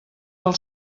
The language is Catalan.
del